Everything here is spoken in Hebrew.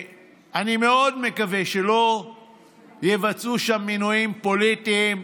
אני מאוד מקווה שלא יבצעו שם מינויים פוליטיים,